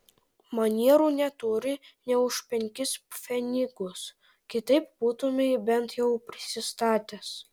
manierų neturi nė už penkis pfenigus kitaip būtumei bent jau prisistatęs